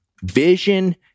Vision